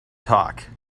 talk